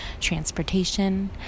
transportation